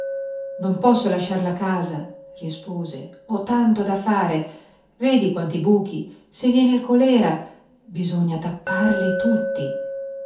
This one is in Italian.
non posso lasciar la casa rispose ho tanto da fare vedi quanti buchi se viene il colèra bisogna tapparli tutti